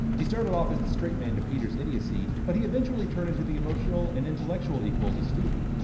he started off as the straight man to peter's idiocy, but he eventually turned into the emotional and intellectual equal to stewie.